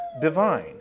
divine